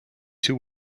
two